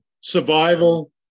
survival